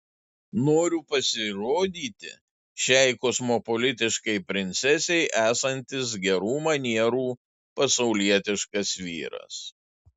noriu pasirodyti šiai kosmopolitiškai princesei esantis gerų manierų pasaulietiškas vyras